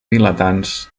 vilatans